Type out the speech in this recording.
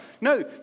No